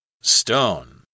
stone